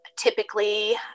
Typically